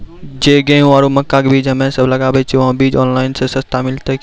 जे गेहूँ आरु मक्का के बीज हमे सब लगावे छिये वहा बीज ऑनलाइन मे सस्ता मिलते की?